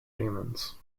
demons